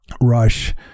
rush